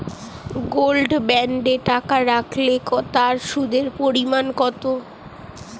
Gold বন্ডে টাকা রাখলে তা সুদের পরিমাণ কত?